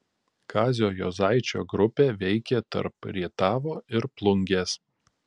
kazio juozaičio grupė veikė tarp rietavo ir plungės